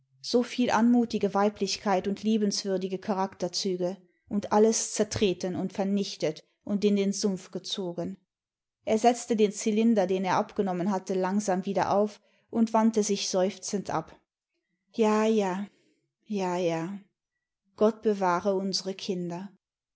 so viel anmutige weiblichkeit und liebenswürdige charakterzüge und alles zertreten und vernichtet und in den sumpf gezogen er setzte den zylinder den er abgenommen hatte langsam wieder auf und wandte sich seufzend ab ja ja ja ja gott bewahre unsere kinder